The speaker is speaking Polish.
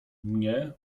mnie